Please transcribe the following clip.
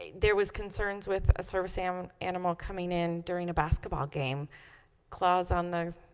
there was concerns with a service animal animal coming in during a basketball game claws on the